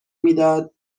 میداد